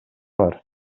бар